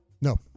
No